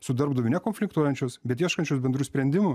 su darbdaviu ne konfliktuojančios bet ieškančios bendrų sprendimų